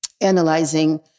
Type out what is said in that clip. analyzing